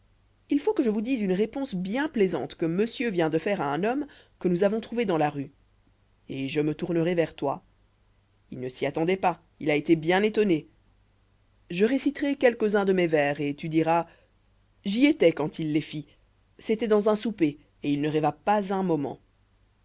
il faut que je vous dise une réponse bien plaisante que monsieur vient de faire à un homme que nous avons trouvé dans la rue et je me tournerai vers toi il ne s'y attendoit pas il a été bien étonné je réciterai quelques-uns de mes vers et tu diras j'y étois quand il les fit c'étoit dans un souper et il ne rêva pas un moment